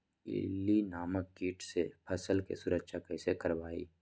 इल्ली नामक किट से फसल के सुरक्षा कैसे करवाईं?